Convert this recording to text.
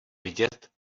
vidět